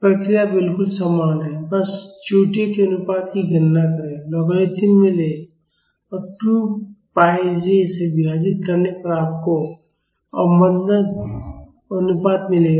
प्रक्रिया बिल्कुल समान है बस चोटियों के अनुपात की गणना करें लॉगरिदमिक लें और 2 pi j से विभाजित करने पर आपको अवमंदन अनुपात मिलेगा